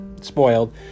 spoiled